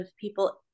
people